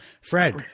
Fred